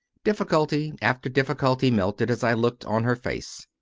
difficulty after difficulty melted as i looked on her face.